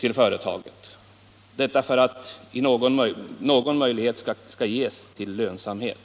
till företaget — detta för att någon möjlighet skall ges till lönsamhet.